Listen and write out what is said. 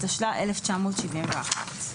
ׁ, התשל"א-1971.